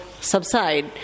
subside